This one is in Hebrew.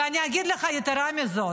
אבל איך --- ואני אגיד לך, יתרה מזו,